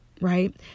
Right